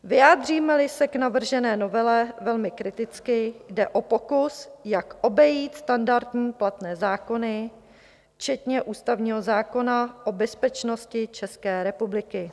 Vyjádřímeli se k navržené novele velmi kriticky, jde o pokus, jak obejít standardní platné zákony, včetně ústavního zákona o bezpečnosti České republiky.